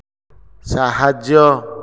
ସାହାଯ୍ୟ